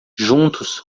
juntos